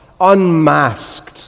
unmasked